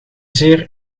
zeer